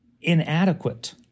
inadequate